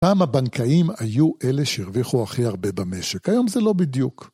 פעם הבנקאים היו אלה שהרוויחו הכי הרבה במשק, היום זה לא בדיוק.